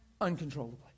uncontrollably